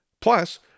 Plus